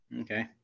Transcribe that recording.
Okay